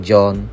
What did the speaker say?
John